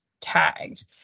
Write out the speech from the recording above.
Tagged